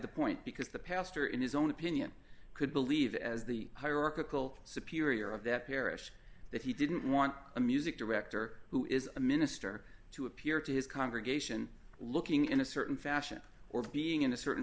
the point because the pastor in his own opinion could believe as the hierarchical superior of that parish that he didn't want a music director who is a minister to appear to his congregation looking in a certain fashion or being in a certain